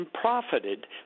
profited